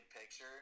picture